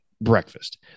breakfast